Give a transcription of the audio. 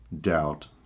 doubt